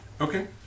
Okay